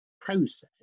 process